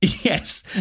Yes